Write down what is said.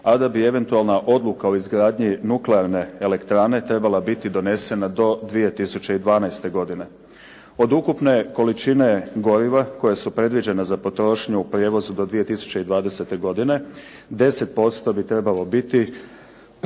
a da bi eventualna odluka o izgradnji nuklearne elektrane trebala biti donesena do 2012. godine. Od ukupne količine goriva koje su predviđene za potrošnju u prijevozu do 2020. godine 10% bi trebalo biti